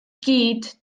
gyd